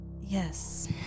Yes